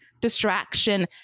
distraction